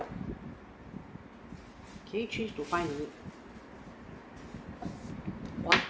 can you change to find it